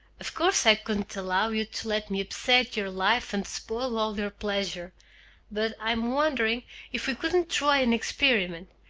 of course i couldn't allow you to let me upset your life and spoil all your pleasure but i'm wondering if we couldn't try an experiment.